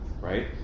right